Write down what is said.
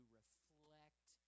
reflect